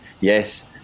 Yes